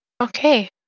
Okay